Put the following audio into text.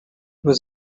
was